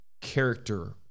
character